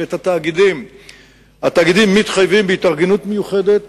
התאגידים מתחייבים בהתארגנות מיוחדת,